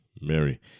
Mary